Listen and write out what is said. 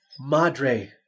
Madre